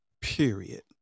period